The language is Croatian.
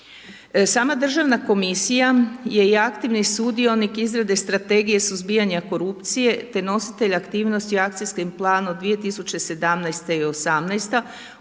Sama državna komisija je i aktivni sudionik izrade strategije suzbijanja korupcije te nositelj aktivnosti o akcijskom planu 2017. i '18.